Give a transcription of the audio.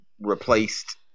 replaced